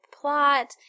plot